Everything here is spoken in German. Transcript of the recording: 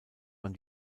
man